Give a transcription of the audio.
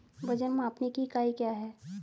वजन मापने की इकाई क्या है?